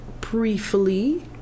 briefly